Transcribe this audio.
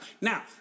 Now